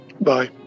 Bye